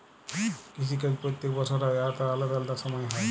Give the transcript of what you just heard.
কিসি কাজ প্যত্তেক বসর হ্যয় আর আলেদা আলেদা সময়ে হ্যয়